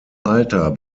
alter